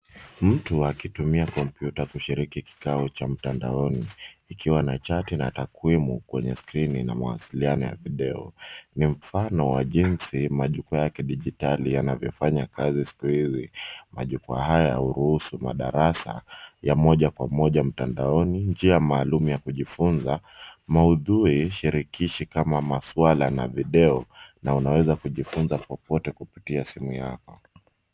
Mtu akitumia kompyuta kushiriki kikao cha mtandaoni, ikiwa na chati na takwimu kwenye skirini ina mawasiliano ya video. Ni mfano wa jinsi majukwaa ya kidijitali yanavyofanya kazi siku hizi. Majukwaa haya huruhusu madarasa ya moja kwa moja mtandaoni. Njia maalumu ya kujifunza maudhui shirikishi kama maswala na video, na unaweza kujifunza popote kupitia simu yako.